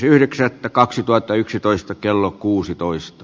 toinen varapuhemies anssi joutsenlahti